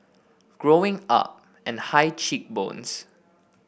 Growing Up and high cheek bones